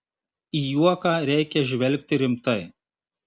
į juoką reikia žvelgti rimtai